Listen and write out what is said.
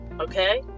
Okay